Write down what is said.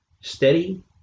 Steady